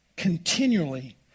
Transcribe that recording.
continually